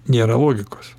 nėra logikos